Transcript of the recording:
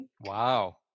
Wow